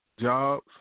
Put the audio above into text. jobs